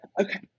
Okay